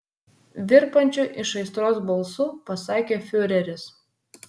virpančiu iš aistros balsu pasakė fiureris